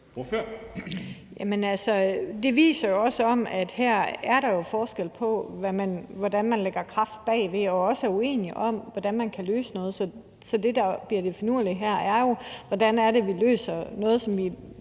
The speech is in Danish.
Det viser jo også, at der her er forskel på, hvordan man lægger kraft bag, og også at man er uenig om, hvordan man kan løse noget. Så det, der bliver det finurlige her, er jo, hvordan vi løser noget, som begge